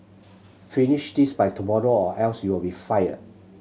finish this by tomorrow or else you'll be fired